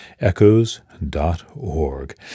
echoes.org